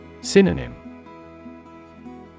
Synonym